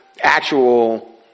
actual